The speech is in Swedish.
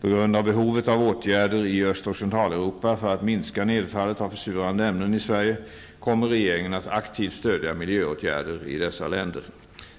På grund av behovet av åtgärder i Öst och Centraleuropa för att minska nedfallet av försurande ämnen i Sverige kommer regeringen att aktivt stödja miljöåtgärder i dessa länder.